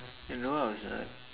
you know I was like